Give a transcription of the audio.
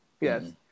yes